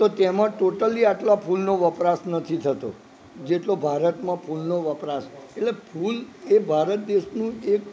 તો તેમાં ટોટલી આટલા ફૂલનો વપરાશ નથી થતો જેટલો ભારતમાં ફૂલનો વપરાશ એટલે ફૂલ એ ભારત દેશનું એક